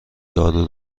دارو